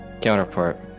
counterpart